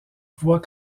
voit